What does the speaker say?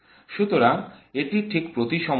সুতরাং এটি ঠিক প্রতিসম নয়